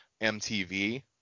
MTV